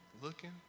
looking